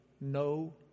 no